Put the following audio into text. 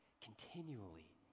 continually